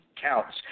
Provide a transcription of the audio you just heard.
counts